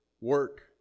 work